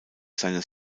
seines